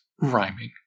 rhyming